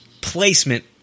placement